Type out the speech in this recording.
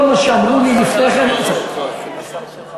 כל מה שאמרו לי לפני כן, דרך אגב, זה לא חוקי,